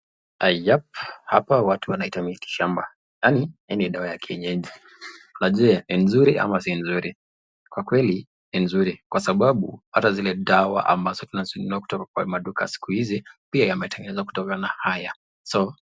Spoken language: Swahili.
Hapa watu wanaita miti shamba yaani dawa ya kienyeji na je? Ni nzuri ama si nzuri, kwa kweli ni nzuri kwa sababu hata zile dawa ambazo tunanunua kutoka maduka siku hizi pia yametengenezwa kutokana na haya.